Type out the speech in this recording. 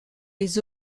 les